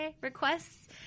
requests